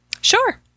Sure